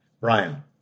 Brian